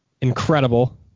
Incredible